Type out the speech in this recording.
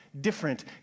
different